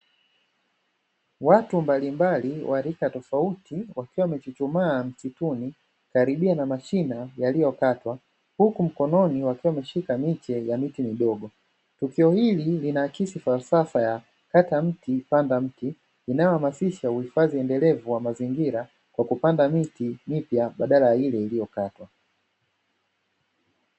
Watu mbalimbali wamesimama karbu na mashine wakishika miti falsafa hii inamaanisha kupanda miti iliyokatwa kwaajili ya kutunza mazingira